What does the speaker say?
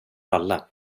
alla